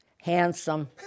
Handsome